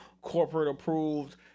corporate-approved